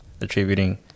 attributing